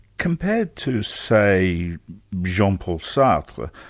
compared to say jean um paul sartre,